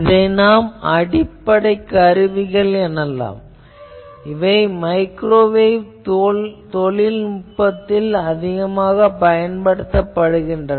இதனை நாம் அடிப்படை கருவிகள் எனலாம் இவை மைக்ரோவேவ் தொழில்நுட்பத்தில் பயன்படுகின்றன